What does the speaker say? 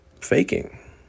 faking